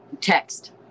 text